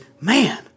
man